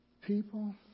People